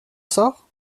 sort